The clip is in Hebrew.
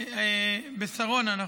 בשרונה.